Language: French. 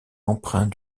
emprunt